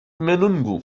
menunggu